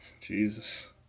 Jesus